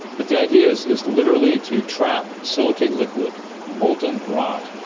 but the idea is is literally to trap silicate liquid, molten rock,